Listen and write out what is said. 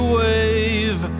wave